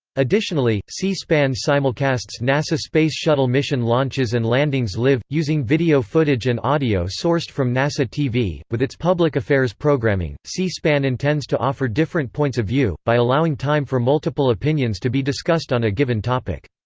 additionally, c-span simulcasts nasa space shuttle mission launches and landings live, using video footage and audio sourced from nasa tv with its public affairs programming, c-span intends to offer different points of view, by allowing time for multiple opinions to be discussed on a given topic.